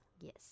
Yes